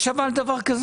יש אבל דבר כזה?